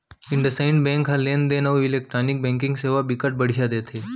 IndusInd bank ह लेन देन अउ इलेक्टानिक बैंकिंग सेवा बिकट बड़िहा देथे